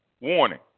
warning